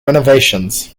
renovations